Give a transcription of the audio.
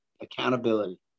Accountability